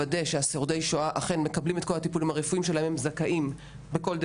לוודא ששורדי השואה מקבלים את כל הטיפולים